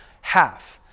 half